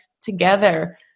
together